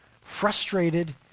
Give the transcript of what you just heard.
frustrated